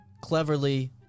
cleverly